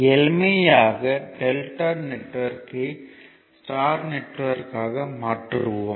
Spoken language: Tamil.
எளிமைக்காக டெல்டா நெட்வொர்க்கை ஸ்டார் நெட்வொர்க்காக மாற்றுவோம்